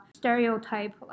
stereotype